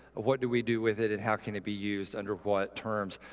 what do we do with it and how can it be used under what terms?